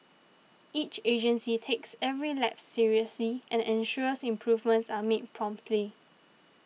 each agency takes every lapse seriously and ensures improvements are made promptly